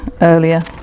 earlier